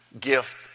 gift